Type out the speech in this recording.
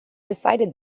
decided